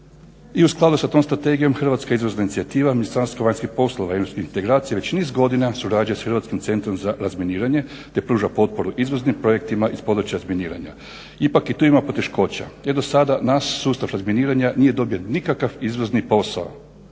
I u skladu sa tom strategijom hrvatska izvozna inicijativa Ministarstva vanjskih poslova i europskih integracija već niz godina surađuje sa Hrvatskim centrom za razminiranje, te pruža potporu izvoznim projektima iz područja miniranja. Ipak i tu ima poteškoća. Dosada naš sustav razminiranja nije dobio nikakav izvozni posao